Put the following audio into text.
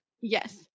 yes